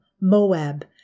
Moab